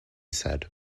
said